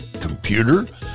computer